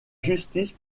justice